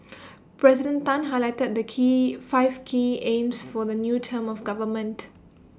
President Tan highlighted the key five key aims for the new term of government